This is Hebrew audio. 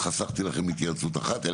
אם כן, חסכתי לכם התייעצות אחת.